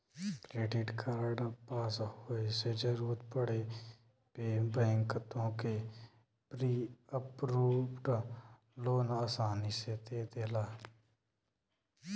credit card पास होये से जरूरत पड़े पे बैंक तोहके प्री अप्रूव्ड लोन आसानी से दे देला